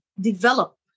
develop